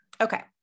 okay